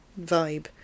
vibe